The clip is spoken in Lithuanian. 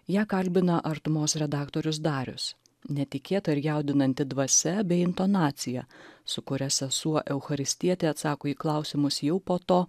ją kalbina artumos redaktorius darius netikėta ir jaudinanti dvasia bei intonacija su kuria sesuo eucharistietė atsako į klausimus jau po to